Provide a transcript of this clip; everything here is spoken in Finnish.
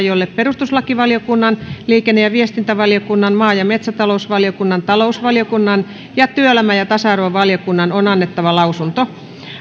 jolle perustuslakivaliokunnan liikenne ja viestintävaliokunnan maa ja metsätalousvaliokunnan talousvaliokunnan ja työelämä ja tasa arvovaliokunnan on annettava lausunto